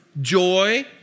joy